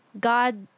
God